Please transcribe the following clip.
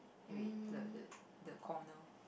wait the the the corner